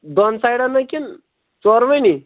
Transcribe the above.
دۄن سایڈَن نہ کِنہٕ ژورؤنی